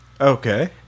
Okay